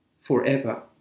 forever